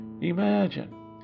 Imagine